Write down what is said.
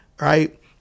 right